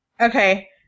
Okay